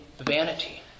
vanity